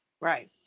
right